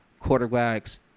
quarterbacks